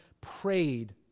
prayed